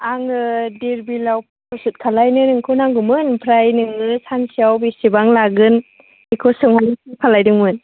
आङो धीर बिलाव फट' सुट खालामनो नोंखौ नांगौमोन ओमफ्राय नोङो सानसेयाव बेसेबां लागोन बेखौ सोंहरनो फन खालामदोंमोन